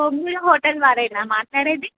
హోమూలు hotel వారేనా మాట్లాడేది